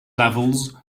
levels